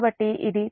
22 అంటే 0